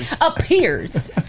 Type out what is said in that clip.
Appears